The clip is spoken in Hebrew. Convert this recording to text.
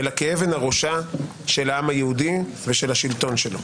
אלא כאבן הראשה של העם היהודי ושל השלטון שלו.